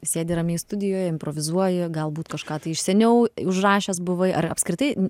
sėdi ramiai studijoje improvizuoji galbūt kažką tai iš seniau užrašęs buvai ar apskritai